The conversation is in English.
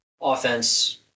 offense